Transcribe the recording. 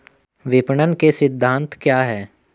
विपणन के सिद्धांत क्या हैं?